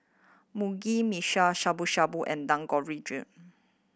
Mugi Meshi Shabu Shabu and